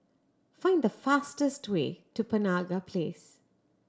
find the fastest way to Penaga Place